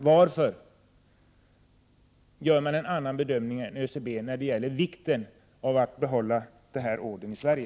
Varför gör man en annan bedömning än ÖCB när det gäller vikten av att behålla dessa order inom Sverige?